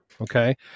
Okay